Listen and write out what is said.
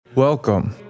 Welcome